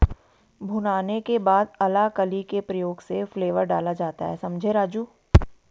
भुनाने के बाद अलाकली के प्रयोग से फ्लेवर डाला जाता हैं समझें राजु